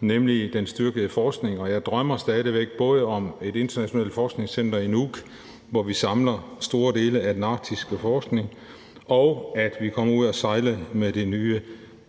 nemlig den styrkede forskning. Jeg drømmer stadig væk både om et internationalt forskningscenter i Nuuk, hvor vi samler store dele af den arktiske forskning, og om, at vi kommer ud at sejle med det nye